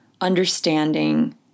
understanding